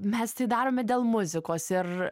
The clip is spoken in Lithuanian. mes tai darome dėl muzikos ir